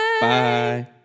Bye